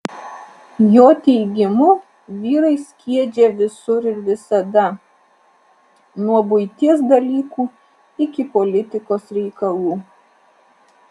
jo teigimu vyrai skiedžia visur ir visada nuo buities dalykų iki politikos reikalų